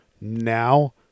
Now